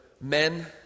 men